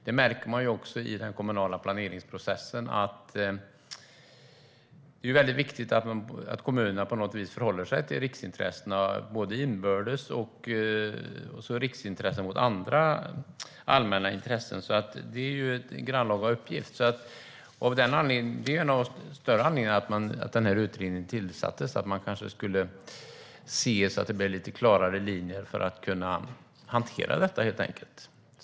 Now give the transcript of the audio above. Det märks också i den kommunala planeringsprocessen att det är viktigt att kommunerna förhåller sig till riksintressena inbördes och andra allmänna intressen. Det är en grannlaga uppgift. En av de större anledningarna till att utredningen tillsattes var att få fram klarare linjer för att hantera frågorna.